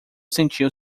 sentiu